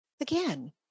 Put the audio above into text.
Again